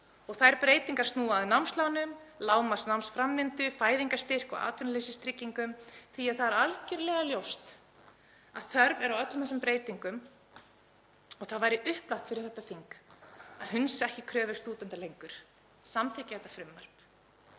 Þær breytingar snúa að námslánum, lágmarksnámsframvindu, fæðingarstyrk og atvinnuleysistryggingum, því að það er algerlega ljóst að þörf er á öllum þessum breytingum og það væri upplagt fyrir þetta þing að hunsa ekki kröfur stúdenta lengur og samþykkja þetta frumvarp.